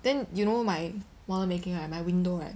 then you know my model making right my window right